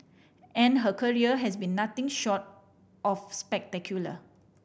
and her career has been nothing short of spectacular